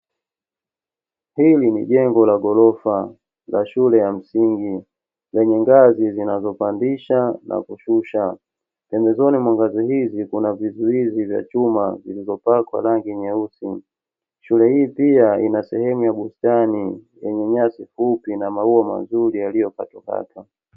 Hii ni jengo la ghorofa la shule ya msingi yenye ngazi zinazopandisha na kushusha, pembezoni mwa ngazi hizi kuna vizuizi vya chuma vilivyopakwa rangi nyeusi, shule hii pia ina sehemu ya bustani yenye nyasi fupi na maua mazuri yaliyokatwakatwa .